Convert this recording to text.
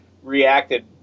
Reacted